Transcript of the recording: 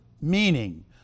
meaning